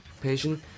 patient